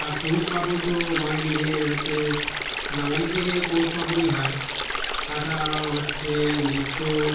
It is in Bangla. আর পৌষপার্বণ তো বাঙালিদের হচ্ছে বাঙালিদের পৌষপার্বণই হয় তাছাড়াও হচ্ছে নৃত্য